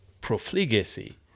profligacy